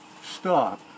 stop